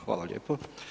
Hvala lijepo.